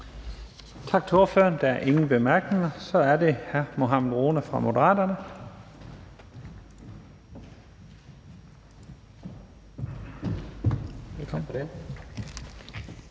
Tak til ordføreren. Der er ingen korte bemærkninger. Så er det hr. Mohammad Rona fra Moderaterne. Velkommen.